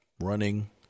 running